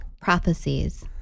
Prophecies